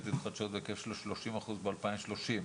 מתחדשות בהיקף של שלושים אחוז ב-2030,